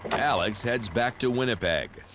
alex heads back to winnipeg.